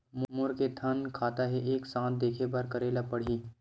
मोर के थन खाता हे एक साथ देखे बार का करेला पढ़ही?